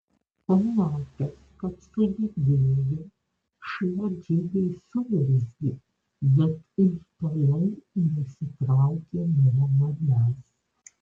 pamatęs kad sujudėjau šuo džiugiai suurzgė bet ir toliau nesitraukė nuo manęs